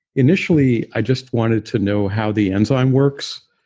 initially, i just wanted to know how the enzyme works.